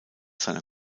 seiner